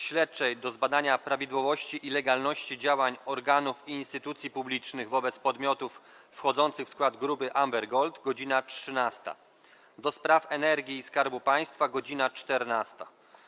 Śledczej do zbadania prawidłowości i legalności działań organów i instytucji publicznych wobec podmiotów wchodzących w skład grupy Amber Gold - godz. 13, - do Spraw Energii i Skarbu Państwa - godz. 14,